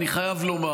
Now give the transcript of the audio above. אני חייב לומר,